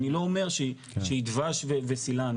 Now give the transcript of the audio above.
אני לא אומר שהיא דבש וסילאן.